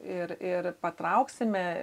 ir ir patrauksime